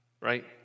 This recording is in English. right